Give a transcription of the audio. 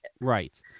Right